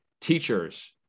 teachers